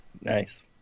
Nice